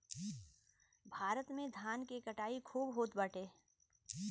भारत में धान के कटाई खूब होत बाटे